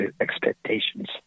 expectations